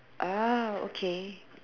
uh okay